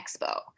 Expo